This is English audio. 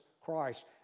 Christ